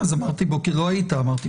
אז אמרתי בוקר טוב,